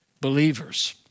Believers